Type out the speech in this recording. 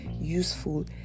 useful